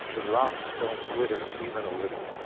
the rocks don't glitter even a little,